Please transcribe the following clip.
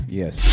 yes